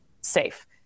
safe